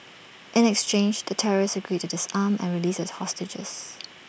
in exchange the terrorists agreed to disarm and released the hostages